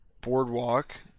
boardwalk